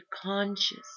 conscious